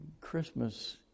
Christmas